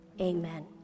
amen